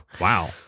Wow